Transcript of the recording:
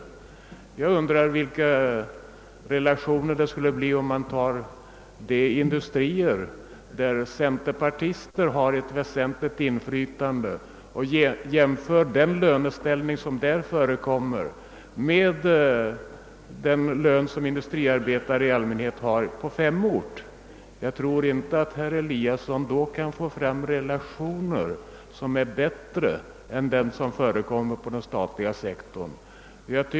Jag undrar vad resultatet skulle bli om vi jämförde löneställningen vid de industrier, där centerpartister har ett väsentligt inflytande, med den lön som industriarbetare i allmänhet har på d-ort. Jag tror inte att herr Eliasson då skulle få fram bättre relationer än vad som finns på den statliga sektorn.